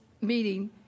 meeting